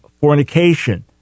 fornication